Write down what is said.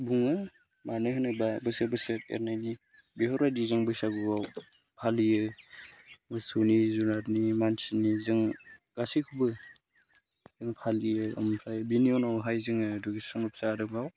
बुङो मानो होनोबा जों बोसोर बोसोर एरनायनि बेफोरबायदि जों बैसागुआव फालियो मोसौनि जुनारनि मानसिनि जों गासैखौबो जों फालियो ओमफ्राय बिनि उनावहाय जों दुगैस्रां लोबस्रां आरोबाव